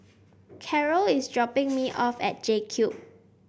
Carrol is dropping me off at JCube